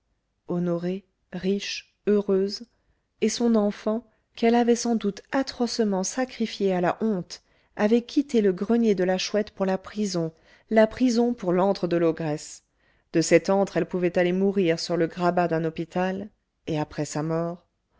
honorée riche heureuse et son enfant qu'elle avait sans doute atrocement sacrifiée à la honte avait quitté le grenier de la chouette pour la prison la prison pour l'antre de l'ogresse de cet antre elle pouvait aller mourir sur le grabat d'un hôpital et après sa mort